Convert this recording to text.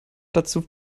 dazu